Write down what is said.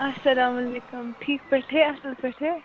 اَسَلامُ علیکُم ٹھیٖک پٲٹھے اَصٕل پٲٹھے